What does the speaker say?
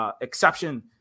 exception